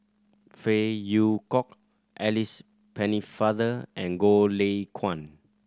Phey Yew Kok Alice Pennefather and Goh Lay Kuan